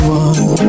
one